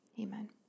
amen